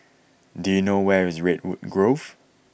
do you know where is Redwood Grove